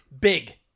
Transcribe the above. big